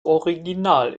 original